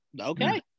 okay